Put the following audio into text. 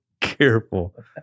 careful